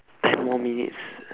ten more minutes